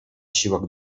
siłach